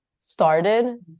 started